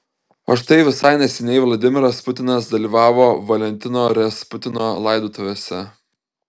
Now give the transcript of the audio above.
o štai visai neseniai vladimiras putinas dalyvavo valentino rasputino laidotuvėse